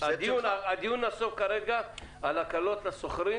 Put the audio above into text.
הדיון נסוב כרגע על הקלות לשוכרים